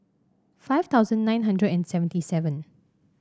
five thousand nine hundred and seventy seven